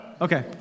okay